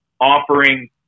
offering